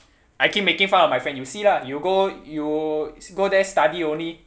I keep making fun of my friend you see lah you go you go there study only